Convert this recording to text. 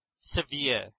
severe